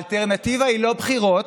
האלטרנטיבה היא לא בחירות,